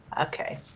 Okay